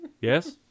Yes